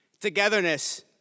Togetherness